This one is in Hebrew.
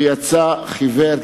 ויצא חיוור.